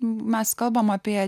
mes kalbame apie